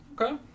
Okay